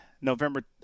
November